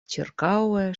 ĉirkaŭe